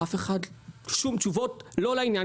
לא קיבלתי תשובות לעניין